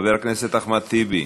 חבר הכנסת אחמד טיבי,